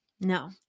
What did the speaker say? No